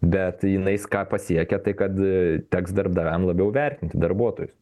bet jinai s ką pasiekia tai kad teks darbdaviam labiau vertinti darbuotoju